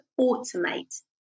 automate